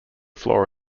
floor